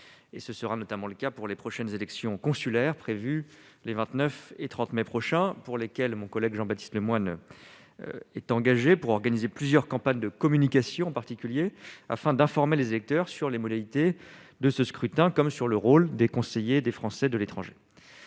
ce sera notamment le cas pour les prochaines élections consulaires, prévu les 29 et 30 mai prochain pour lesquelles mon collègue Jean-Baptiste Lemoyne est engagée pour organiser plusieurs campagnes de communication particulier afin d'informer les électeurs sur les modalités de ce scrutin, comme sur le rôle des conseillers des Français de l'étranger.